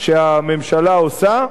שהממשלה עושה,